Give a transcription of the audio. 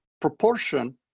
proportion